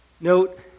Note